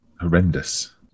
horrendous